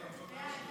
הסתייגות 5